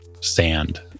sand